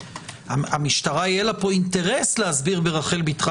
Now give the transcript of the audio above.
למשטרה יהיה אינטרס להסביר ברחל בתך